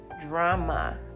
drama